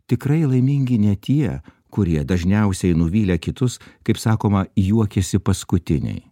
tikrai laimingi ne tie kurie dažniausiai nuvylę kitus kaip sakoma juokiasi paskutiniai